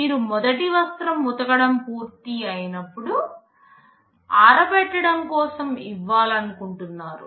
మీరు మొదటి వస్త్రం ఉతకటం పూర్తయినప్పుడు ఆరబెట్టడం కోసం ఇవ్వాలనుకుంటున్నారు